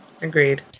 Agreed